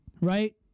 right